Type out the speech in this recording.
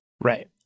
Right